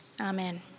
Amen